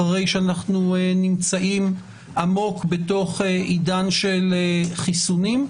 אחרי שאנחנו נמצאים עמוק בתוך עידן של חיסונים,